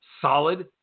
solid